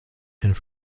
and